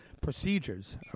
procedures